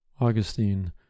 Augustine